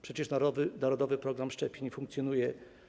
Przecież narodowy program szczepień funkcjonuje.